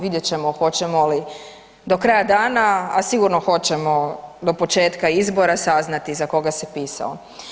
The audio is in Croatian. Vidjet ćemo hoćemo li do kraja dana, a sigurno hoćemo do početka izbora saznati za koga se pisao.